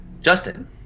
Justin